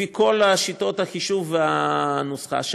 לפי כל שיטות החישוב והנוסחאות,